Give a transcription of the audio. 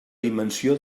dimensió